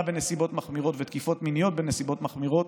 בנסיבות מחמירות ותקיפות מיניות בנסיבות מחמירות,